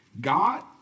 God